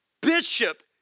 bishop